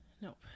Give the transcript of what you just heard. Nope